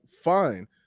fine